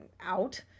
out